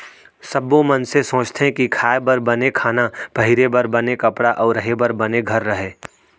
सब्बो मनसे सोचथें के खाए बर बने खाना, पहिरे बर बने कपड़ा अउ रहें बर घर रहय